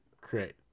create